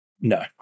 No